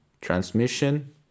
transmission